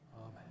Amen